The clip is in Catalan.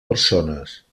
persones